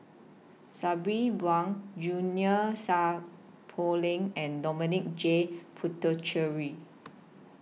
Sabri Buang Junie Sng Poh Leng and Dominic J Puthucheary